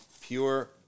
pure